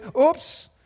oops